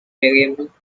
variable